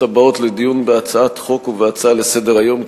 הבאות לדיון בהצעת חוק ובהצעה לסדר-היום,